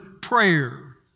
prayer